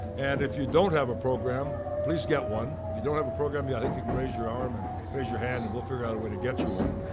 and if you don't have a program, please get one. if you don't have a program, yeah, i think you can raise your arm, and raise your hand, and we'll figure out a way to get you one.